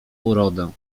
urodę